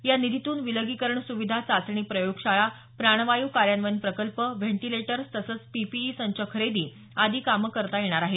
या निधीतून विलगीकरण सुविधा चाचणी प्रयोगशाळा प्राणवायू कार्यान्वयन प्रकल्प व्हेंटिलेटर्स तसंच पीपीई संच खरेदी आदी कामं करता येणार आहेत